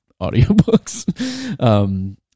audiobooks